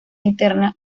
interna